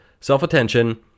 Self-attention